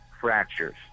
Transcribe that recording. fractures